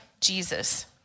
Jesus